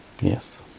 yes